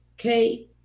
Okay